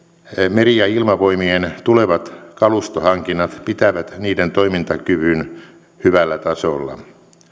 meri ja ilmavoimien tulevat kalustohankinnat pitävät niiden toimintakyvyn hyvällä tasolla